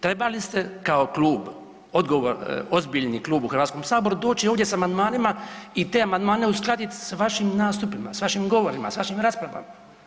Trebali ste kao klub, ozbiljni klub u Hrvatskom saboru doći ovdje sa amandmanima i te amandmane uskladiti sa vašim nastupima, vašim govorima, s vašim raspravama.